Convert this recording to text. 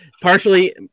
partially